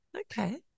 Okay